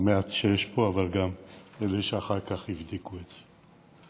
המעט שיש פה, אבל גם את אלה שאחר כך יבדקו את זה: